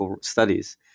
studies